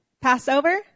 Passover